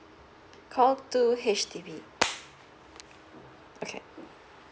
call two H_D_B okay